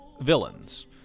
villains